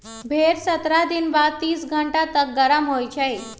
भेड़ सत्रह दिन बाद तीस घंटा तक गरम होइ छइ